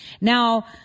Now